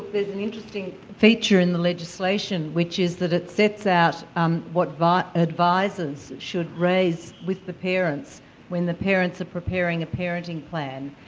there's an interesting feature in the legislation which is that it sets out um what but advisers should raise with the parents when the parents are preparing a parenting plan,